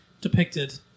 depicted